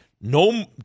No